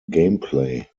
gameplay